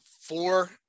four